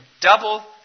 double